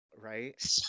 Right